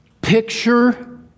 Picture